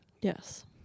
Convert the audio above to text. Yes